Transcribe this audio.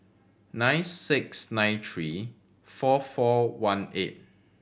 nine six nine three four four one eight